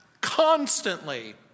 constantly